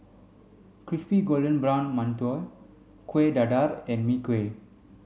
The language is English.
crispy golden brown mantou Kueh Dadar and Mee Kuah